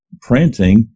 printing